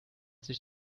sich